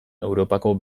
europako